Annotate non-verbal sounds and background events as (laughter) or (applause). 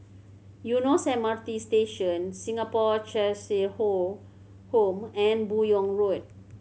Eunos M R T Station Singapore Cheshire (unintelligible) Home and Buyong Road